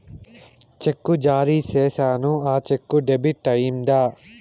చెక్కు జారీ సేసాను, ఆ చెక్కు డెబిట్ అయిందా